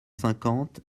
cinquante